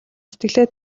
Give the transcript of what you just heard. сэтгэлээ